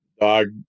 Dog